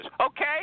okay